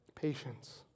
patience